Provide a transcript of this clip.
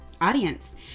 audience